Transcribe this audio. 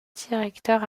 directeur